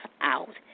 out